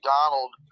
Donald